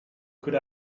could